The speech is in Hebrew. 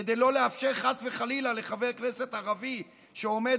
כדי לא לאפשר חס וחלילה לחבר כנסת ערבי שעומד